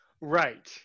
Right